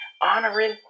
honoring